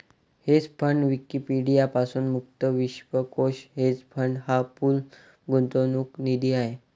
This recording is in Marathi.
हेज फंड विकिपीडिया पासून मुक्त विश्वकोश हेज फंड हा पूल गुंतवणूक निधी आहे